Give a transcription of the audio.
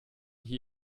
hier